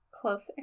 closer